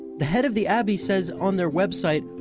the head of the abbey says on their website,